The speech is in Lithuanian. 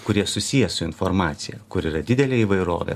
kurie susiję su informacija kur yra didelė įvairovė